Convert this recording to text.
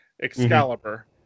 Excalibur